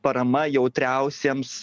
parama jautriausiems